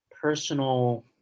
personal